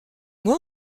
moi